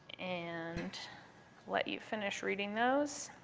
and let you finish reading those.